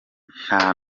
nta